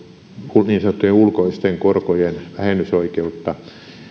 niin sanottujen ulkoisten korkojen vähennysoikeutta